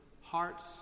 hearts